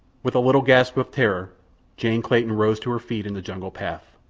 with a little gasp of terror jane clayton rose to her feet in the jungle path.